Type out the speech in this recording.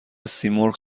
سیمرغ